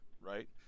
right